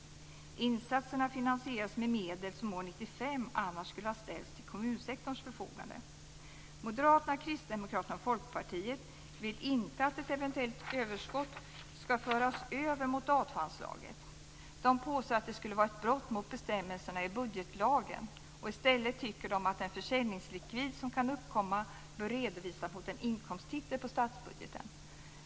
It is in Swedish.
Insatserna finansierades med medel som år 1995 annars skulle ställts till kommunsektorns förfogande. Moderaterna, Kristdemokraterna och Folkpartiet vill inte att ett eventuellt överskott ska föras över mot A2-anslaget. De påstår att det skulle vara ett brott mot bestämmelserna i budgetlagen. I stället tycker de att den försäljningslikvid som kan uppkomma bör redovisas mot en inkomsttitel på statsbudgeten.